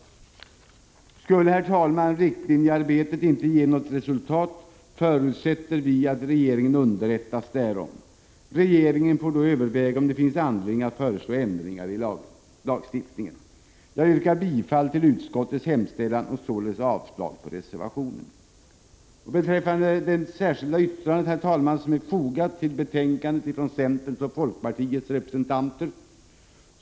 Skulle riktlinjearbetet inte ge något resultat, förutsätter vi att regeringen underrättas därom. Regeringen får då överväga om det finns anledning att föreslå ändringar i lagstiftningen. Jag yrkar bifall till utskottets hemställan och således avslag på reservationen. Centerns och folkpartiets representanter har fogat ett särskilt yttrande vid betänkandet.